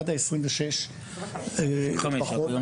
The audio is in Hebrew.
עד היום, 26 ליוני,